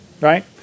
right